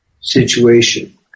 situation